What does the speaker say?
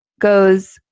goes